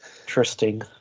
Interesting